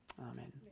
Amen